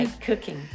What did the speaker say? cooking